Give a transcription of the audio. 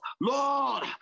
Lord